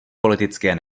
politické